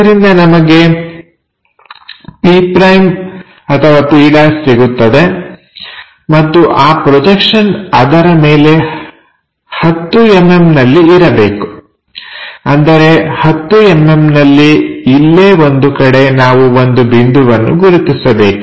ಇದರಿಂದ ನಮಗೆ p' ಸಿಗುತ್ತದೆ ಮತ್ತು ಆ ಪ್ರೊಜೆಕ್ಷನ್ ಅದರ ಮೇಲೆ 10mm ನಲ್ಲಿ ಇರಬೇಕು ಅಂದರೆ 10mm ನಲ್ಲಿ ಇಲ್ಲೇ ಒಂದು ಕಡೆ ನಾವು ಒಂದು ಬಿಂದುವನ್ನು ಗುರುತಿಸಬೇಕು